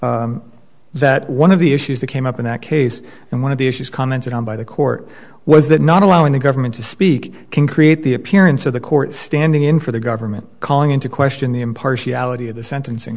note that one of the issues that came up in that case and one of the issues commented on by the court was that not allowing the government to speak can create the appearance of the court standing in for the government calling into question the impartiality of the sentencing